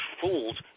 fools